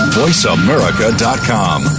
voiceamerica.com